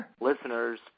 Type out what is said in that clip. listeners